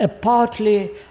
partly